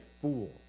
fool